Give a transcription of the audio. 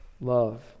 love